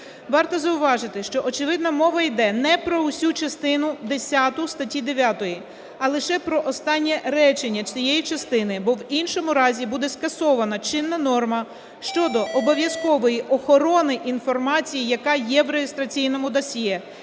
Варто зауважити, що очевидно мова йде не про всю частину десяту статті 9, а лише про останнє речення цієї частини, бо в іншому разі буде скасована чинна норма щодо обов'язкової охорони інформації, яка є в реєстраційному досьє